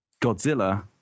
Godzilla –